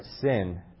sin